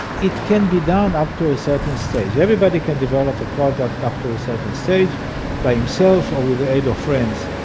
it can be done up to a certain stage. everybody can develop a product up to a certain stage by himself or with the aid of friends.